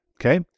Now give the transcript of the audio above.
okay